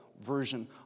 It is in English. version